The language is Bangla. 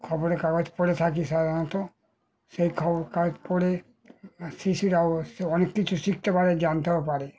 খবরের কাগজ পড়ে থাকি সাধারণত সেই খবর কাগজ পড়ে শিশুরাও অনেক কিছু শিখতে পারে জানতেও পারে